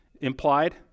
Implied